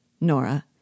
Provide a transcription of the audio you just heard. Nora